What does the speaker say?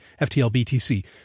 FTLBTC